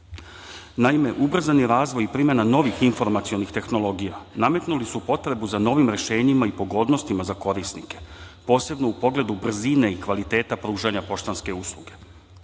godine. Naime, ubrzani razvoj i primena novih informacionih tehnologija nametnuli su potrebu za novim rešenjima i pogodnostima za korisnike, posebno u pogledu brzine i kvaliteta pružanja poštanske usluge.